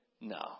No